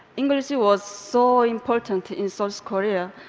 english was so important in south korea,